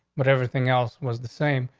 but everything else was the same.